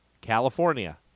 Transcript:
California